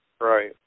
Right